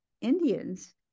indians